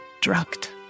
drugged